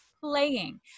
playing